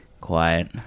quiet